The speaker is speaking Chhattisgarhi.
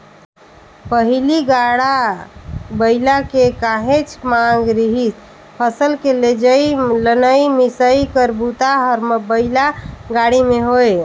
पहिली गाड़ा बइला के काहेच मांग रिहिस फसल के लेजइ, लनइ, मिसई कर बूता हर बइला गाड़ी में होये